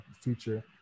future